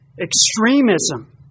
extremism